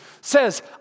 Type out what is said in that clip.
says